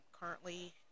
Currently